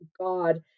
God